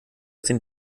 den